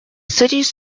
cities